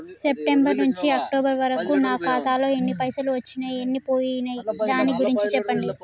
September నుంచి October వరకు నా ఖాతాలో ఎన్ని పైసలు వచ్చినయ్ ఎన్ని పోయినయ్ దాని గురించి చెప్పండి?